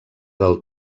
del